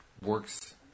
works